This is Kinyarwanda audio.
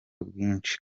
bwinshi